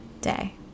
day